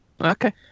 Okay